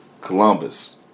Columbus